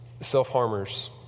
Self-harmers